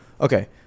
Okay